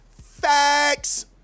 facts